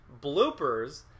bloopers